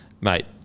Mate